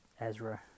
Ezra